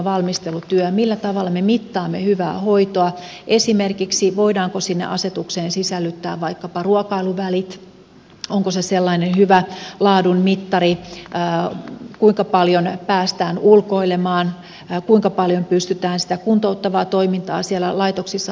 millä tavalla me mittaamme hyvää hoitoa esimerkiksi voidaanko sinne asetukseen sisällyttää vaikkapa ruokailuvälit onko se sellainen hyvä laadun mittari kuinka paljon päästään ulkoilemaan kuinka paljon pystytään sitä kuntouttavaa toimintaa siellä laitoksissa harjoittamaan